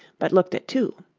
but looked at two.